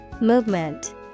Movement